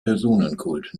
personenkult